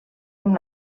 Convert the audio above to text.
amb